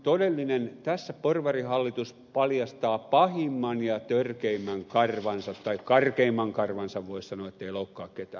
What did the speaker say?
eli tässä porvarihallitus paljastaa pahimman ja törkeimmän karvansa tai karkeimman karvansa voisi sanoa ettei loukkaa ketään